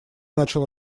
начал